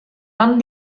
vam